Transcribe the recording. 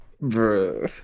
Bro